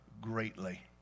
greatly